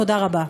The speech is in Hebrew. תודה רבה.